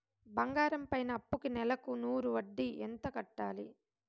బంగారం పైన అప్పుకి నెలకు నూరు వడ్డీ ఎంత కట్టాలి?